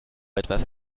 etwas